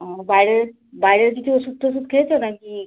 আর বাইরের বাইরের কিছু ওষুধ টোশুধ খেয়েছো না কি